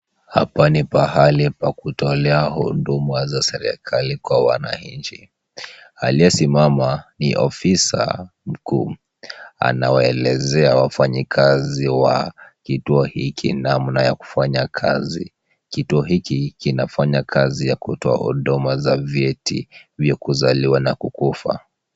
Hapa ni pahali pa kutolea huduma za serikali kwa wananchi. Aliyesimama ni ofisa mkuu. Anawaelezea wafanyikazi wa kituo hiki namna ya kufanya kazi. Kituo hiki kinafanya kazi ya kutoa huduma za vyeti vya kuzaliwa na kukufa.